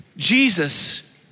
Jesus